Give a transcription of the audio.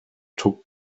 took